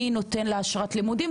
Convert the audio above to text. מי נותן לה אשרת לימודים?